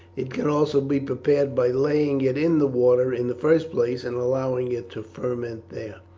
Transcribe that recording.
it can also be prepared by laying it in the water in the first place and allowing it to ferment there.